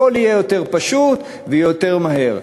הכול יהיה יותר פשוט ויותר מהר.